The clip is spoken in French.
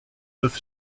neuf